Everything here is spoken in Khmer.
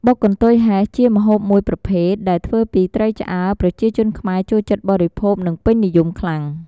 បុកកន្ទុយហេះជាម្ហូបមួយប្រភេទដែលធ្វើពីត្រីឆ្អើរប្រជាជនខ្មែរចូលចិត្តបរិភោគនិងពេញនិយមខ្លាំង។